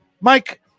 Mike